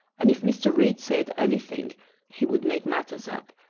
and if mr. read said any thing he would make matters up,